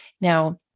Now